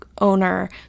owner